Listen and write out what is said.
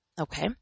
Okay